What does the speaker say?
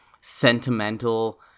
sentimental